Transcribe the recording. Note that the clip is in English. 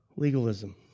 Legalism